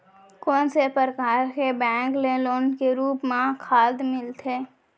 कोन से परकार के बैंक ले लोन के रूप मा खाद मिलथे?